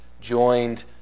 joined